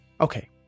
Okay